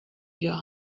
your